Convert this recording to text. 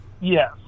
Yes